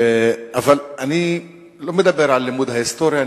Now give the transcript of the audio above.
אבל אני לא מדבר על לימוד ההיסטוריה,